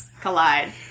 collide